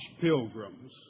pilgrims